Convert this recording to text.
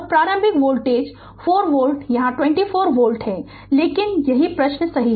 प्रारंभिक voltage 4 volt यहाँ 24 volt है लेकिन यह प्रश्न सही है